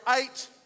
eight